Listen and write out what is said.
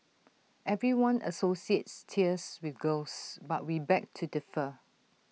everyone associates tears with girls but we beg to differ